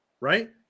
right